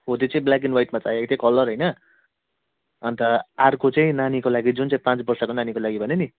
हो त्यो चाहिँ ब्ल्याक एन्ड व्हाइटमा चाहिएको थियो कलर होइन अन्त अर्को चाहिँ नानीको लागि जुन पाँच वर्षको नानीको लागि भने नि